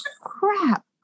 crap